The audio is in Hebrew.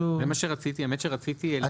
זה מה שרציתי להזכיר.